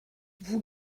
vous